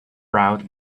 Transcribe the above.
route